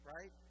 Right